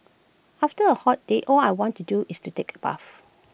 after A hot day all I want to do is to take A bath